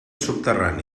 subterrani